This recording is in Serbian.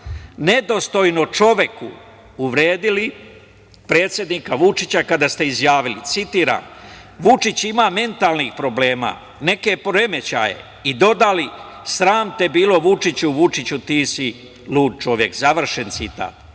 nedostojno čoveku, uvredili predsednika Vučića kada ste izjavili, citiram: "Vučić ima mentalnih problema, neke poremećaje" i dodali: "Sram te bilo, Vučiću. Vučiću, ti si lud čovek". Eto,